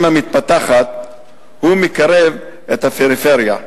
המתפתחות הוא מקרב את הפריפריה למרכז,